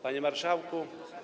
Panie Marszałku!